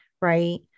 Right